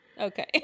Okay